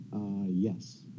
Yes